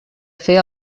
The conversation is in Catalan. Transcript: fer